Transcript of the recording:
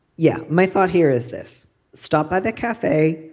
yeah. my thought here is this stop by the cafe.